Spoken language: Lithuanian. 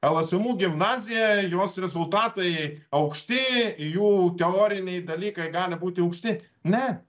lsmu gimnazija jos rezultatai aukšti jų teoriniai dalykai gali būti aukšti ne